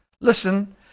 listen